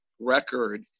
record